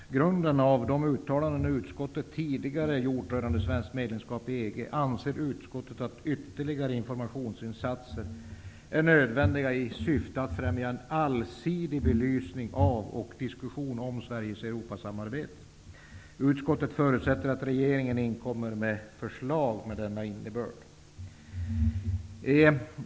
Fru talman! I betänkande 1990/91:UU8 sade utrikesutskottet: Mot bakgrund av de uttalanden utskottet tidigare gjort rörande svenskt medlemskap i EG anser utskottet att ytterligare informationsinsatser är nödvändiga i syfte att främja en allsidig belysning av och diskussion om Sveriges Europasamarbete. Utskottet förutsätter att regeringen kommer med förslag med denna innebörd.